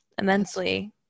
immensely